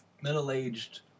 middle-aged